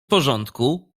porządku